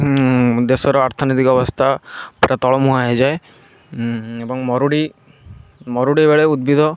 ଦେଶର ଆର୍ଥନୀତିକ ଅବସ୍ଥା ପୁରା ତଳ ମୁହାଁ ହୋଇଯାଏ ଏବଂ ମରୁଡ଼ି ମରୁଡ଼ି ବେଳେ ଉଦ୍ଭିଦ